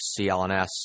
CLNS